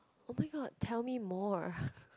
oh-my-god tell me more